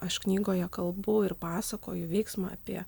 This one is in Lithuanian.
aš knygoje kalbu ir pasakoju veiksmą apie